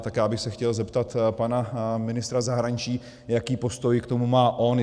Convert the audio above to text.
Tak bych se chtěl zeptat pana ministra zahraničí, jaký postoj k tomu má on.